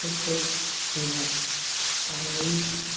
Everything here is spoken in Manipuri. ꯈꯨꯠꯁꯨ ꯊꯨꯅ ꯇꯥꯔꯛꯏ